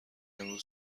امروز